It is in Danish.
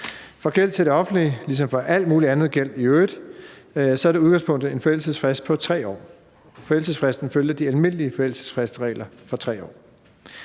For gæld til det offentlige som al mulig anden gæld i øvrigt er der i udgangspunktet en forældelsesfrist på 3 år. Forældelsesfristen følger de almindelige regler for